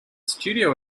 studio